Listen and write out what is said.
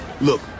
Look